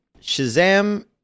Shazam